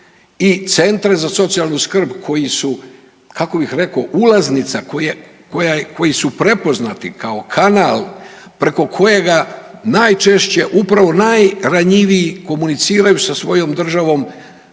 i centre za socijalnu skrb koji su, kako bih rekao, ulaznica koji su prepoznati kao kanal preko kojega najčešće upravo najranjiviji komuniciraju sa svojom državom